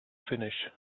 finish